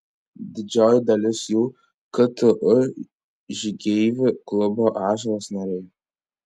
didžioji dalis jų ktu žygeivių klubo ąžuolas nariai